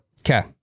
Okay